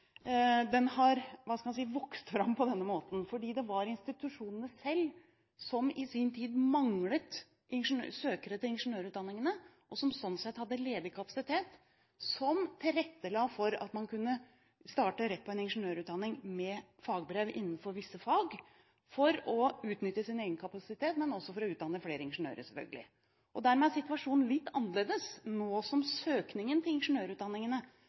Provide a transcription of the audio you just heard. vokst fram på denne måten. Det var institusjonene selv som i sin tid manglet søkere til ingeniørutdanningen, og som sånn sett hadde ledig kapasitet som tilrettela for at man kunne starte rett på en ingeniørutdanning med fagbrev innenfor visse fag for å utnytte sin egen kapasitet, men selvfølgelig også for å utdanne flere ingeniører. Dermed er situasjonen litt annerledes nå som søkningen til ingeniørutdanningene